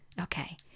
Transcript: Okay